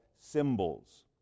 symbols